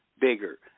bigger